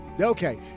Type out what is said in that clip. Okay